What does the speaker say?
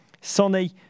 Sonny